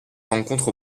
rencontre